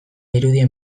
irudien